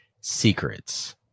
secrets